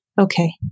Okay